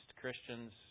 Christians